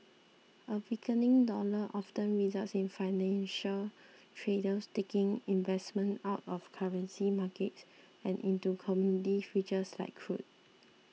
a weakening dollar often results in financial traders taking investments out of currency markets and into commodity futures like crude